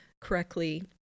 correctly